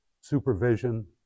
supervision